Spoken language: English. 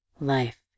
life